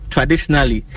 Traditionally